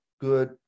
good